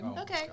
Okay